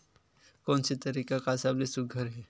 कोन से तरीका का सबले सुघ्घर हे?